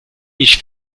ich